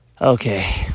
Okay